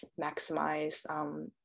maximize